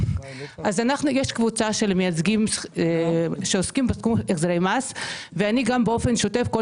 יש קבוצה של מייצגים שעוסקים בתחום החזרי מס ואני גם באופן שוטף כל